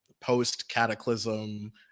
post-cataclysm